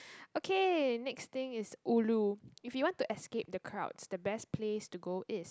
okay next thing is ulu if you want to escape the crowds the best place to go is